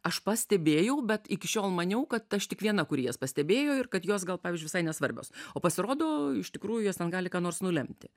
aš pastebėjau bet iki šiol maniau kad aš tik viena kuri jas pastebėjo ir kad jos gal pavyzdžiui visai nesvarbios o pasirodo iš tikrųjų jos ten gali ką nors nulemti